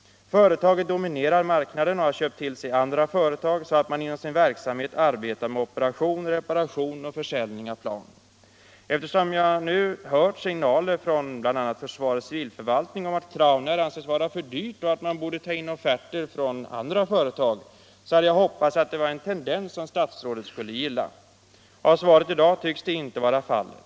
Företaget dominerar marknaden och har köpt till sig andra företag så att man inom sin verksamhet arbetar med operation, reparation och försäljning av plan. Eftersom jag nu hört signaler från bl.a. försvarets ci vilförvaltning om att Crownair anses vara för dyrt och att man borde Nr 86 ta in offerter från andra företag, så hade jag hoppats att det var en tendens Torsdagen den som statsrådet skulle gilla. Av svaret i dag tycks det inte vara fallet.